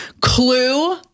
Clue